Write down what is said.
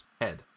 head